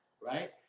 right